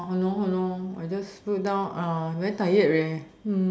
!han norh! !han norh!I just put down ah very tired leh